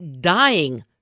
dying